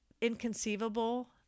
inconceivable